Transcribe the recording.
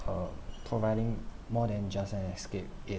uh providing more than just an escape it